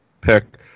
pick